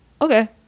okay